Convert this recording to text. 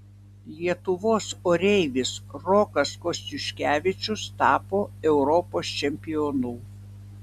lietuvos oreivis rokas kostiuškevičius tapo europos čempionu